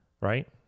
right